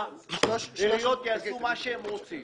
כל הדיבורים האלה רק מחממים את האווירה ללא צורך.